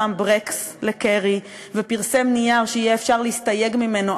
שם ברקס לקרי ופרסם נייר שיהיה אפשר להסתייג ממנו